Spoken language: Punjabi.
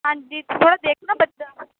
ਹਾਂਜੀ ਥੋੜ੍ਹਾ ਦੇਖੋ ਨਾ ਬੱਚਾ